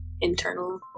internal